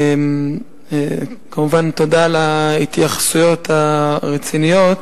כמובן תודה על ההתייחסויות הרציניות,